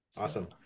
Awesome